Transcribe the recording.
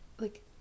like-